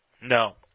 No